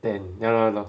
and ya lor ya lor